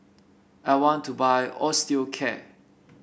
I want to buy Osteocare